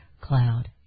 cloud